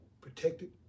protected